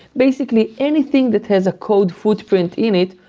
basically anything that has a code footprint in it,